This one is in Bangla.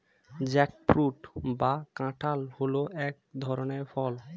জ্যাকফ্রুট বা কাঁঠাল হল এক ধরনের ফল